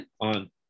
on